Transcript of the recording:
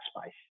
space